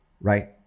right